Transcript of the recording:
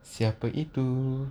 siapa itu